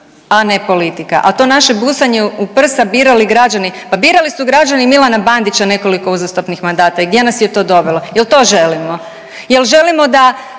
a ne politika. A to naše busanje u prsa birali građani. Pa birali su građani Milana Bandića nekoliko uzastopnih mandata i gdje nas je to dovelo? Jel' to želimo? Jel' želimo da